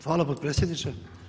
Hvala potpredsjedniče.